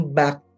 back